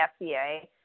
FDA